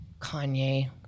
Kanye